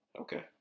Okay